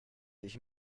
ich